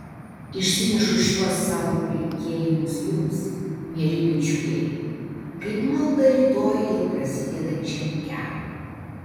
išsinešu šiuos savo palinkėjimus jums mieli bičiuliai kaip maldą rytoj jau prasidedančiam keliui